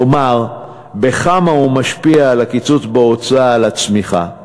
כלומר בכמה משפיע הקיצוץ בהוצאה על הצמיחה,